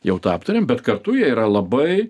jau tą aptarėm bet kartu jie yra labai